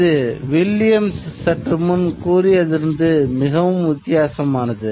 இது வில்லியம்ஸ் சற்றுமுன் கூறியதிலிருந்து மிகவும் வித்தியாசமானது